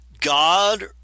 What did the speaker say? God